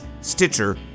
Stitcher